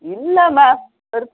ಇಲ್ಲಮ್ಮ